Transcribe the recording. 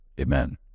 Amen